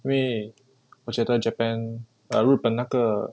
因为我觉得 japan uh 日本那个